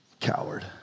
Coward